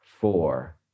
four